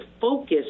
focus